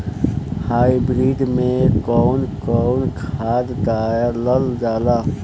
Hybrid में कउन कउन खाद डालल जाला?